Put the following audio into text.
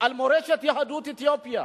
על מורשת יהדות אתיופיה,